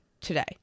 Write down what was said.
today